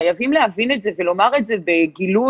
חייבים להבין את זה ולומר את זה בגילוי,